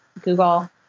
Google